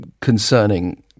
concerning